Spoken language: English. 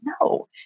No